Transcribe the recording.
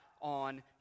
on